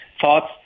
thoughts